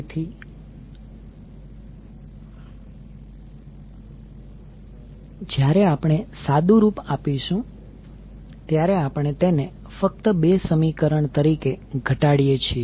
તેથી જ્યારે આપણે સાદું રૂપ આપીશું ત્યારે આપણે તેને ફક્ત 2 સમીકરણ તરીકે ઘટાડીએ છીએ